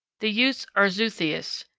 the utes are zootheists.